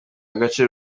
agace